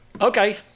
Okay